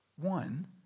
One